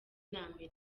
n’amerika